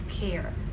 care